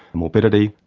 morbidity,